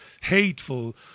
hateful